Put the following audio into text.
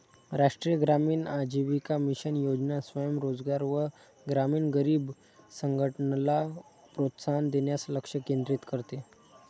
राष्ट्रीय ग्रामीण आजीविका मिशन योजना स्वयं रोजगार व ग्रामीण गरीब संघटनला प्रोत्साहन देण्यास लक्ष केंद्रित करते